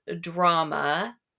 drama